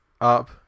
up